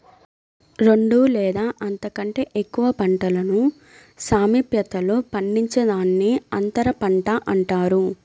రెండు లేదా అంతకంటే ఎక్కువ పంటలను సామీప్యతలో పండించడాన్ని అంతరపంట అంటారు